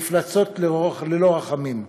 מפלצות ללא רחמים.